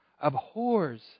abhors